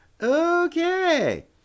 okay